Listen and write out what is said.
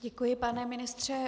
Děkuji, pane ministře.